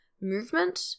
movement